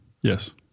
Yes